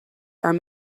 are